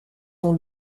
son